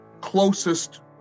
closest